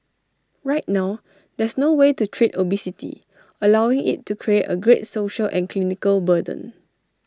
right now there's no way to treat obesity allowing IT to create A great social and clinical burden